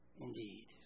indeed